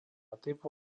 typu